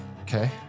Okay